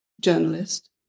journalist